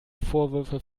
vorwürfe